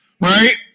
right